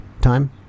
time